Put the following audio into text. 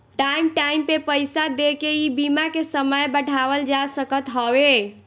time time पे पईसा देके इ बीमा के समय बढ़ावल जा सकत हवे